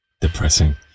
depressing